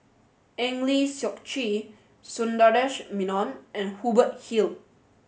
Eng Lee Seok Chee Sundaresh Menon and Hubert Hill